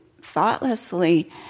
thoughtlessly